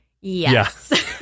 yes